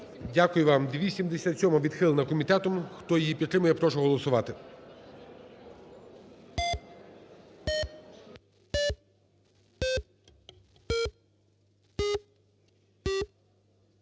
Дякую вам. 277-а відхилена комітетом. Хто її підтримує, прошу голосувати.